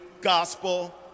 gospel